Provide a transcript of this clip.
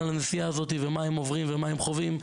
הנסיעה הזאת 80 שקל מה הם עוברים ומה הם חווים.